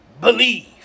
believe